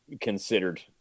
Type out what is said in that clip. considered